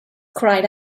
cried